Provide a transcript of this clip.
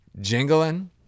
jingling